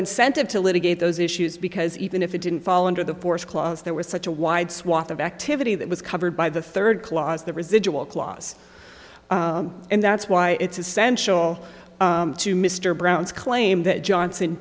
incentive to litigate those issues because even if it didn't fall under the fourth clause there was such a wide swath of activity that was covered by the third clause the residual clause and that's why it's essential to mr brown's claim that johnson